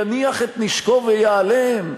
יניח את נשקו וייעלם?